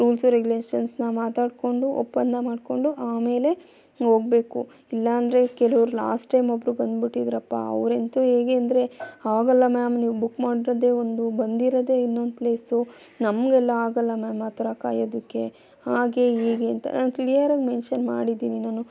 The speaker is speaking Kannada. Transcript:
ರೂಲ್ಸು ರೇಗುಲೇಷನ್ಸ್ನ ಮಾತಾಡಿಕೊಂಡು ಒಪ್ಪಂದ ಮಾಡಿಕೊಂಡು ಆಮೇಲೆ ಹೋಗಬೇಕು ಇಲ್ಲ ಅಂದರೆ ಕೆಲವ್ರು ಲಾಸ್ಟ್ ಟೈಮ್ ಒಬ್ಬರು ಬಂದ್ಬಿಟ್ಟಿದ್ದರಪ್ಪ ಅವರಂತೂ ಹೇಗೆ ಅಂದರೆ ಹಾಗಲ್ಲ ಮ್ಯಾಮ್ ನೀವು ಬುಕ್ ಮಾಡಿರೋದೆ ಒಂದು ಬಂದಿರೋದೆ ಇನ್ನೊಂದು ಪ್ಲೇಸು ನಮಗಲ್ಲ ಹಾಗಲ್ಲ ಮ್ಯಾಮ್ ಆ ಥರ ಕಾಯೋದಕ್ಕೆ ಹಾಗೆ ಹೀಗೆ ಅಂತ ನಾನು ಕ್ಲಿಯರಾಗಿ ಮೆಂಷನ್ ಮಾಡಿದ್ದೀನಿ ನಾನು